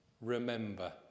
remember